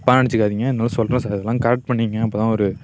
தப்பாக நினச்சிக்காதீங்க சொல்கிறேன் சார் இதெல்லாம் கரெக்ட் பண்ணிக்கோங்க அப்போதான் ஒரு